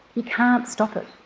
you can't stop it.